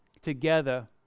together